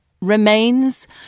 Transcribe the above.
remains